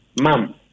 Mom